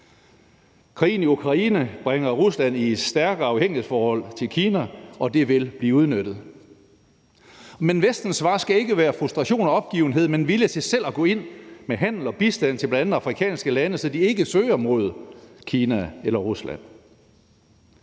Krigen i Ukraine bringer Rusland i et stærkere afhængighedsforhold til Kina, og det vil blive udnyttet. Men Vestens svar skal ikke være frustration og opgivenhed, men villighed til selv at gå ind med handel og bistand til bl.a. afrikanske lande, så de ikke søger mod Kina eller Rusland.